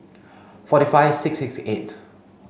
forty five six six eight